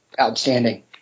Outstanding